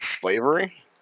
Slavery